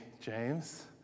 James